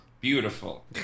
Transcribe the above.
beautiful